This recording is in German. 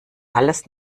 alles